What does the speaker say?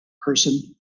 person